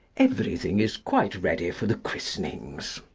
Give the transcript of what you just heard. everything is quite ready for the christenings.